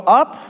up